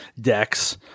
decks